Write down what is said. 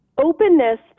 openness